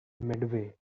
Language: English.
medway